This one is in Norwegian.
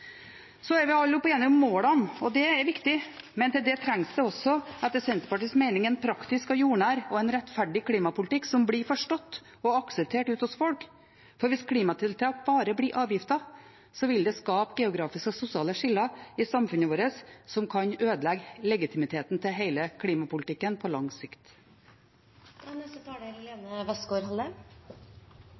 Så er vi alle enige om målene, og det er viktig, men til det trengs det etter Senterpartiets mening en praktisk, jordnær og rettferdig klimapolitikk som blir forstått og akseptert blant folk. Hvis klimatiltak bare blir avgifter, vil det skape geografiske og sosiale skiller i samfunnet vårt som kan ødelegge legitimiteten til hele klimapolitikken på lang sikt. Dette er